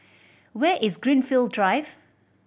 where is Greenfield Drive